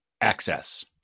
access